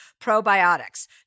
probiotics